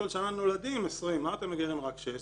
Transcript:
כל שנה נולדים 20, מה אתם מגיירים לנו רק שישה?